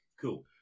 cool